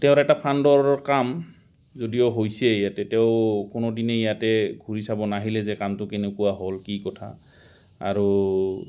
তেওঁৰ এটা ফাণ্ডৰ কাম যদিও হৈছে ইয়াতে তেওঁ কোনো দিনেই ইয়াতে ঘূৰি চাব নাহিলে যে কামটো কেনেকুৱা হ'ল কি কথা আৰু